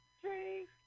drink